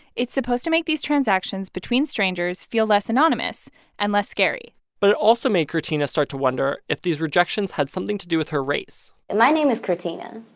it's supposed to make these transactions between strangers feel less anonymous and less scary but it also made quirtina start to wonder if these rejections had something to do with her race and my name is quirtina.